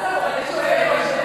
הערוץ עובד.